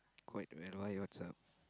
quite right why what's up